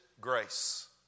grace